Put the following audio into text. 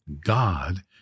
God